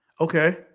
Okay